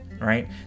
right